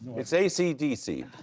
it's ac dc.